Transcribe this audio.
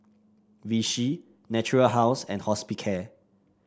Vichy Natura House and Hospicare